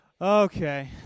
Okay